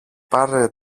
πάρε